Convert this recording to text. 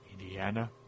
Indiana